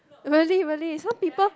really really some people